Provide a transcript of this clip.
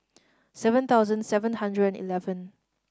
seven thousand seven hundred eleven